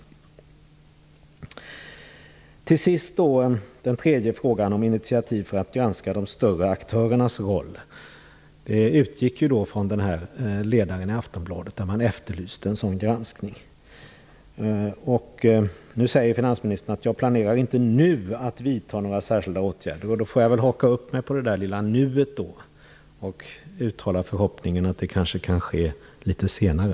Jag vill till sist säga att den tredje frågan om initiativ för att granska de större aktörernas roll utgick från den ledare i Aftonbladet där man efterlyste en sådan granskning. Finansministern sade i sitt svar att han inte nu planerar att vidta några särskilda åtgärder. Jag får väl haka upp mig på detta lilla "nu" och uttala förhoppningen att det kanske kan ske litet senare.